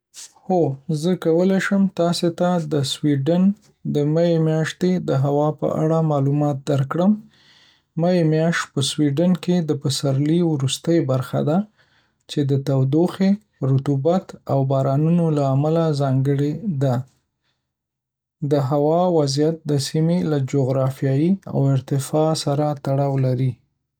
هو، زه کولی شم تاسو ته د سویډن د می میاشتې د هوا په اړه معلومات درکړم. می میاشت په سویډن کې د پسرلي وروستۍ برخه ده، چې د تودوخې، رطوبت، او بارانونو له امله ځانګړې ده. د هوا وضعیت د سیمې له جغرافيایي او ارتفاع سره تړاو لري.